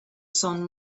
sun